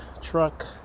truck